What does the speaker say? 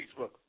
Facebook